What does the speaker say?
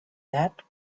that